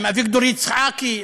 עם אביגדור יצחקי,